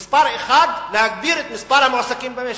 מס' 1: להגביר את מספר המועסקים במשק.